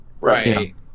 right